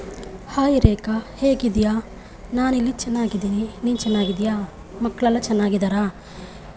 hi Rekha ಹೇಗಿದ್ದೀಯಾ ನಾನಿಲ್ಲಿ ಚೆನ್ನಾಗಿದ್ದೀನಿ ನೀನು ಚೆನ್ನಾಗಿದ್ದೀಯಾ ಮಕ್ಕಳೆಲ್ಲ ಚೆನ್ನಾಗಿದ್ದಾರಾ